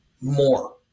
more